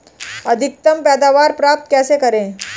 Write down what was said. अधिकतम पैदावार प्राप्त कैसे करें?